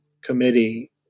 committee